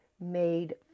made